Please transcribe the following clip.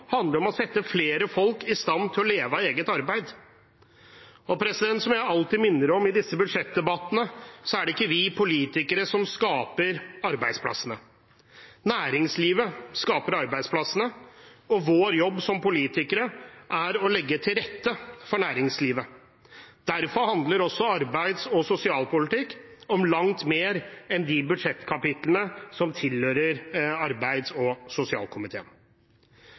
handler om å sette flere folk i stand til å leve av eget arbeid. Som jeg alltid minner om i disse budsjettdebattene, er det ikke vi politikere som skaper arbeidsplassene. Næringslivet skaper arbeidsplassene, og vår jobb som politikere er å legge til rette for næringslivet. Derfor handler arbeids- og sosialpolitikk også om langt mer enn de budsjettkapitlene som tilhører arbeids- og sosialkomiteen.